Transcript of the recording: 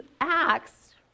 acts